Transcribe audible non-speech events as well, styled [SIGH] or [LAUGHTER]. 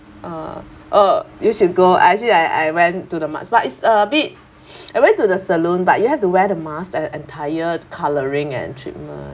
uh you should go I actually I I went to the mas~ but it's a bit [NOISE] I went to the salon but you have to wear the mask the entire colouring and treatment